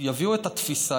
יביאו את התפיסה.